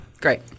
Great